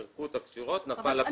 פירקו את הקשירות והפיגום נפל.